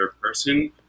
person